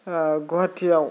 गुवाहाटिआवबो